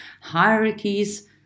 hierarchies